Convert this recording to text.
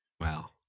Wow